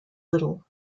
little